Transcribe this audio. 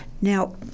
Now